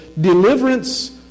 deliverance